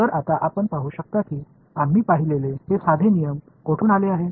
तर आता आपण पाहू शकता की आम्ही पाहिलेले हे साधे नियम कोठून आले आहेत